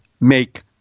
make